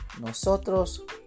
nosotros